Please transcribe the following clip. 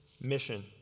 mission